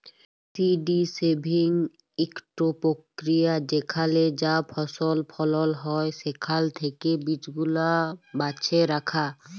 seed saving ইকট পক্রিয়া যেখালে যা ফসল ফলল হ্যয় সেখাল থ্যাকে বীজগুলা বাছে রাখা